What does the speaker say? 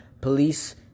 police